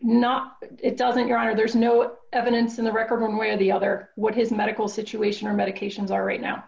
not it doesn't there are there's no evidence in the record one way or the other what his medical situation or medications are right now